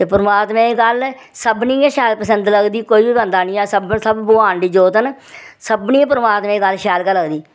ते परमात्मा दी गल्ल सभनें गी गै शैल पसंद लगदी कोई बी बंदा नी ऐसा सब्भै सब भगवान दी जोत न सभनें गी परमात्मा दी गल्ल शैल गै लगदी